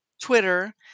twitter